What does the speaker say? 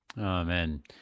Amen